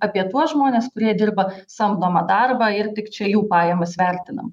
apie tuos žmones kurie dirba samdomą darbą ir tik čia jų pajamas vertinam